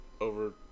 over